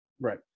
Right